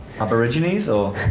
aborigines or.